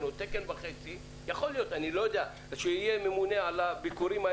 תקן שממונה על הביקורים.